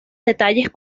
detalles